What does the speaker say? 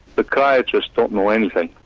psychiatrists don't know anything.